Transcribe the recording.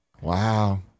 Wow